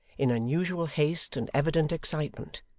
in unusual haste and evident excitement.